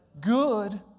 Good